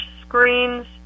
screens